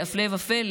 והפלא ופלא,